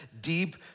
deep